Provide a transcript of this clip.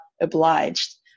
obliged